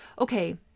okay